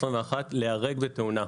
להיהרג בתאונה.